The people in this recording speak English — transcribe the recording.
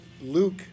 Luke